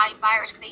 virus